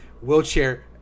Wheelchair